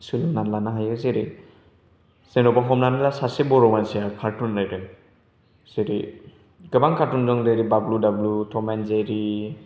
सोलोंनानै लानो हायो जेरै जेनेबा हमनानै ला सासे बर' मानसिया कार्टुन नायदों जेरै गोबां कार्टुन दं जेरै Bablu Dablu Tom and Jerry